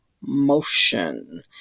motion